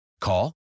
Call